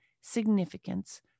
significance